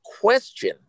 question